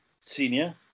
senior